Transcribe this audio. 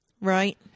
Right